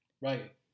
Right